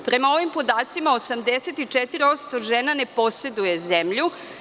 Prema ovim podacima 84% žena ne poseduje zemlju.